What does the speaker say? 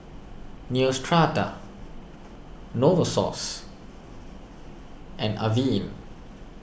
Neostrata Novosource and Avene